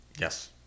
Yes